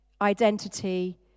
identity